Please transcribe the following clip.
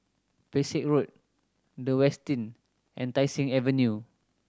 Pesek Road The Westin and Tai Seng Avenue